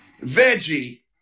veggie